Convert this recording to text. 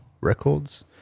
records